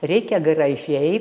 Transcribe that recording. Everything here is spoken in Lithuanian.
reikia gražiai